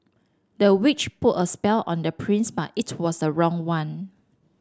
the witch put a spell on the prince but it was the wrong one